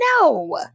no